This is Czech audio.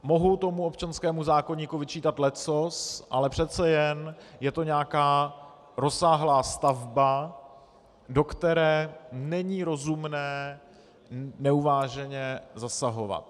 Mohu občanskému zákoníku vyčítat leccos, ale přece jen je to nějaká rozsáhlá stavba, do které není rozumné neuváženě zasahovat.